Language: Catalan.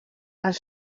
els